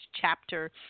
chapter